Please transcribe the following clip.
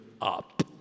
up